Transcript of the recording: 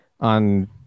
on